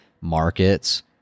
markets